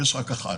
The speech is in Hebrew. יש רק אחת.